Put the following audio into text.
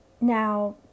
Now